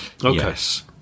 yes